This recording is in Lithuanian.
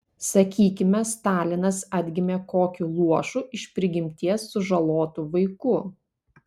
sakykime stalinas atgimė kokiu luošu iš prigimties sužalotu vaiku